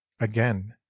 again